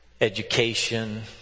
education